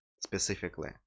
specifically